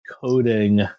coding